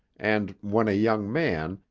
and, when a young man,